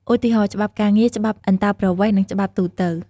ឧទាហរណ៍ ច្បាប់ការងារ ច្បាប់អន្តោប្រវេសន៍ និងច្បាប់ទូទៅ។